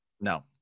no